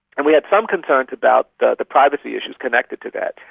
and we have some concerns about the the privacy issues connected to that.